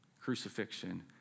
crucifixion